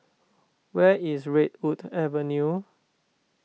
where is Redwood Avenue